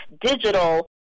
digital